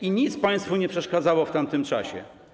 I nic państwu nie przeszkadzało w tamtym czasie.